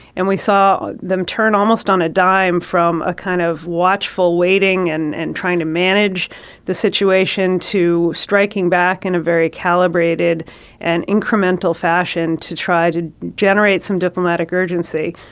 and we saw them turn almost on a dime from a kind of watchful waiting and and trying to manage the situation to striking back in and a very calibrated and incremental fashion to try to generate some diplomatic urgency.